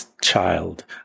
child